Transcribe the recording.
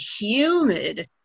humid